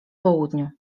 południu